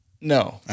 No